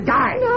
die